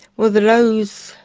well the lows,